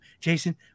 Jason